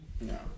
No